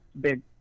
big